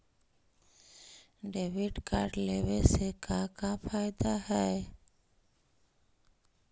Debit card लेवे से का का फायदा है?